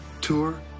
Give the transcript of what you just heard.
tour